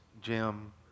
jim